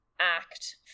act